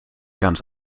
ganz